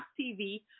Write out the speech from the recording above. TV